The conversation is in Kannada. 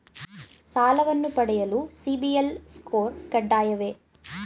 ಸಾಲವನ್ನು ಪಡೆಯಲು ಸಿಬಿಲ್ ಸ್ಕೋರ್ ಕಡ್ಡಾಯವೇ?